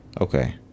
Okay